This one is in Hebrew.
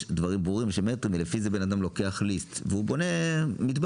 יש דברים ברורים שלפיהם בן אדם לוקח "ריסק" והוא בונה מטבח.